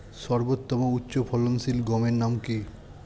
সর্বতম উচ্চ ফলনশীল গমের নাম কি?